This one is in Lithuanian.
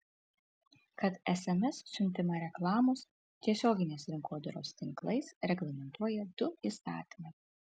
kad sms siuntimą reklamos tiesioginės rinkodaros tinklais reglamentuoja du įstatymai